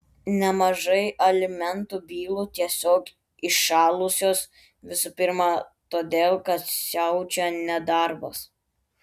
nemažai alimentų bylų tiesiog įšalusios visų pirma todėl kad siaučia nedarbas